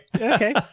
Okay